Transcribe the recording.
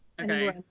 Okay